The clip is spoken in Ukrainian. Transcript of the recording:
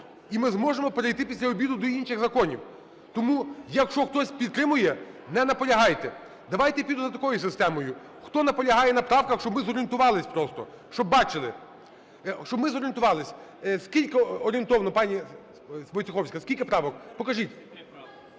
І ми зможемо перейти після обіду до інших законів. Тому, якщо хтось підтримує, не наполягайте. Давайте підемо за такою системою. Хто наполягає на правках, щоб ми зорієнтувались просто, щоб бачили? Щоб ми зорієнтувались, скільки орієнтовно, пані Войцеховська, скільки правок, покажіть.